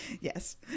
Yes